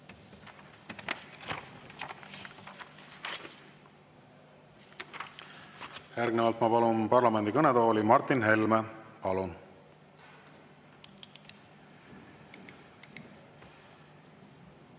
Järgnevalt ma palun parlamendi kõnetooli Martin Helme.